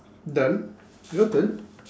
done your turn